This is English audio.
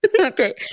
Okay